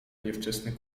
niewczesny